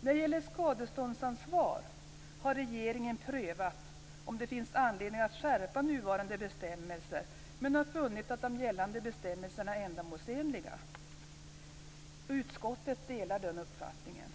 När det gäller skadeståndsansvar har regeringen prövat om det finns anledning att skärpa nuvarande bestämmelser men har funnit att de gällande bestämmelserna är ändamålsenliga. Utskottet delar den uppfattningen.